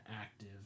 active